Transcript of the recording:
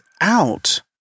out